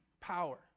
power